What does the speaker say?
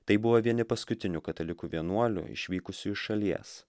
tai buvo vieni paskutinių katalikų vienuolių išvykusių iš šalies